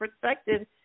perspective